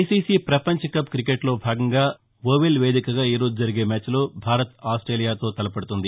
ICC పపంచ cup లో భాగంగా ఓవెల్ వేదికగా ఈరోజు జరిగే మ్యాచ్ లో భారత్ ఆస్టేలియాతో తలపడనుంది